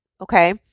okay